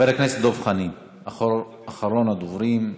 חבר הכנסת דב חנין, אחרון הדוברים.